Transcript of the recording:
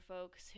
folks